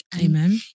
Amen